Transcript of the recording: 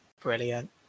brilliant